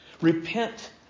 Repent